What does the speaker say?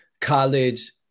college